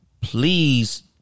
please